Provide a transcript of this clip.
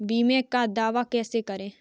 बीमे का दावा कैसे करें?